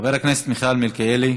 חבר הכנסת מיכאל מלכיאלי,